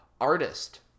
artist